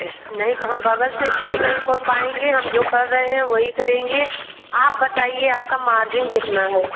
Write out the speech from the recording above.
नहीं तो हम बगल से स्टोर नहीं खोल पाएँगे हम जो कर रहे हैं वही करेंगे आप बताइए आपका मार्जिन कितना है